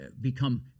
become